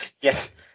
Yes